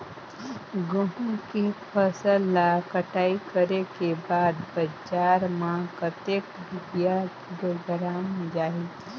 गंहू के फसल ला कटाई करे के बाद बजार मा कतेक रुपिया किलोग्राम जाही?